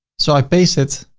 so i paste it